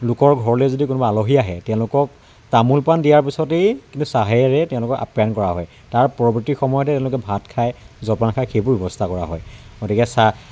লোকৰ ঘৰলে যদি কোনোবা আলহী আহে তেওঁলোকক তামোল পান দিয়াৰ পিছতেই কিন্তু চাহেৰে তেওঁলোকক আপ্যায়ন কৰা হয় তাৰ পৰৱৰ্তী সময়ত তেওঁলোকে ভাত খায় জলপান খায় সেইবোৰ ব্যৱস্থা কৰা হয় গতিকে চাহ